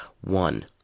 One